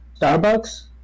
Starbucks